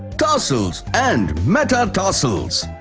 tarsals and metatarsals.